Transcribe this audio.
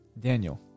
Daniel